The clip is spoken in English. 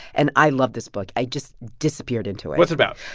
and i love this book. i just disappeared into it what's it about?